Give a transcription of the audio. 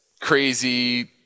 crazy